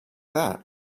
that